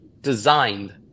designed